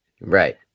right